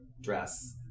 dress